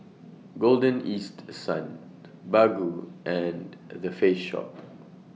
Golden East Sun Baggu and The Face Shop